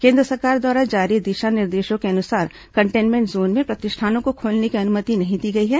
केन्द्र सरकार द्वारा जारी दिशा निर्देशों के अनुसार कन्टेनमेंट जोन में प्रतिष्ठानों को खोलने की अनुमति नहीं दी गई है